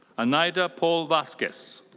anaida paul-vasquez.